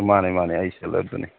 ꯃꯥꯅꯦ ꯃꯥꯅꯦ ꯑꯩ ꯁꯦꯜꯂꯔꯗꯨꯅꯤ